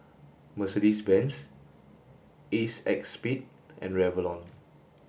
Mercedes Benz ACEXSPADE and Revlon